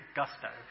gusto